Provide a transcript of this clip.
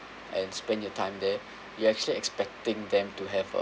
and spend your time there you actually expecting them to have